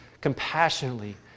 compassionately